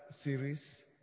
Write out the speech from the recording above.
series